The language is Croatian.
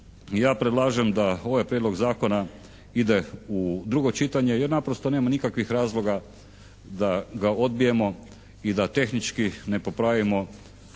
ja predlažem da ovaj prijedlog zakona ide u drugo čitanje jer naprosto nema nikakvih razloga da ga odbijemo i da tehnički ne popravimo